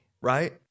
right